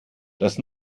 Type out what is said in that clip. das